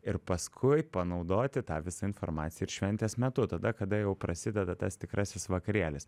ir paskui panaudoti tą visą informaciją ir šventės metu tada kada jau prasideda tas tikrasis vakarėlis